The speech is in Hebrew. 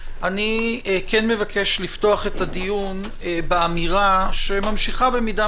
לפתוח את הדיון באמירה שממשיכה במידה